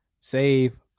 save